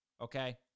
Okay